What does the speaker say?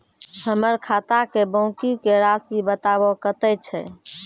हमर खाता के बाँकी के रासि बताबो कतेय छै?